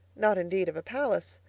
not indeed of a palace,